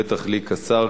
בטח לי כשר,